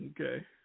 Okay